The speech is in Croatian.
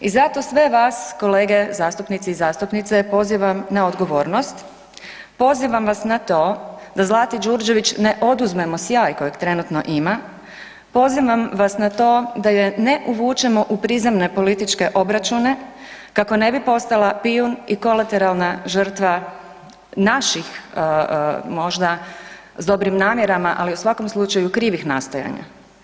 I zato sve vas kolege zastupnici i zastupnice, pozivam na odgovornost, pozivam vas na to da Zlati Đurđević ne oduzmemo sjaj kojeg trenutno ima, pozivam vas na to da je ne uvučemo u prizemne političke obračune kako ne bi postala pijun i kolateralna žrtva naših možda s dobrim namjerama ali u svakom slučaju, krivih nastojanja.